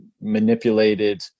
manipulated